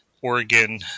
Oregon